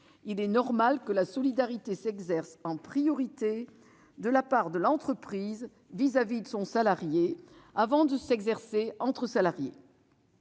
Il est normal que la solidarité s'exerce en priorité de la part de l'entreprise vis-à-vis de son salarié, avant de s'exercer entre salariés.